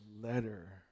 letter